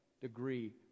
degree